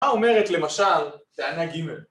‫מה אומרת, למשל, ‫טענה גימל?